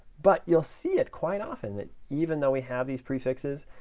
but you'll see it quite often that even though we have these prefixes,